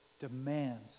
demands